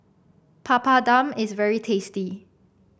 papadum is very tasty